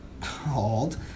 called